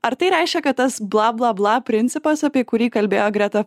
ar tai reiškia kad tas blablabla principas apie kurį kalbėjo greta